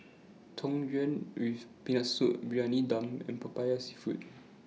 Tang Yuen with Peanut Soup Briyani Dum and Popiah Seafood